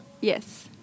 Yes